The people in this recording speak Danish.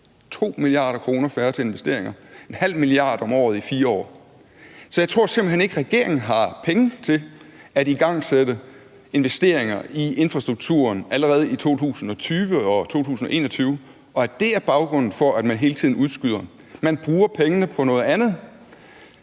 2 mia. kr. færre til investeringer, altså 0,5 mia. kr. om året i 4 år. Så jeg tror simpelt hen ikke, at regeringen har penge til at igangsætte investeringer i infrastrukturen allerede i 2020 og 2021, og at det er baggrunden for, at man hele tiden udskyder. Man bruger pengene på noget andet.